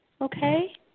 okay